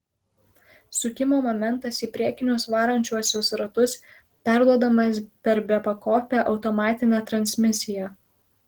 sukimo momentas į priekinius varančiuosius ratus perduodamas per bepakopę automatinę transmisiją